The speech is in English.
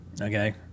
okay